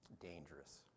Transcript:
dangerous